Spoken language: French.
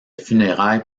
funérailles